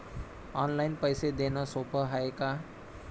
Online पैसे देण सोप हाय का?